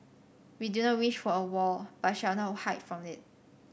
we do not wish for a war but shall not hide from it